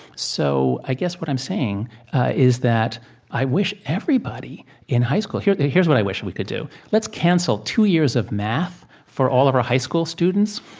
so i guess what i'm saying is that i wish everybody in high school here's yeah here's what i wish we could do let's cancel two years of math for all of our high school students,